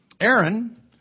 Aaron